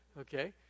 Okay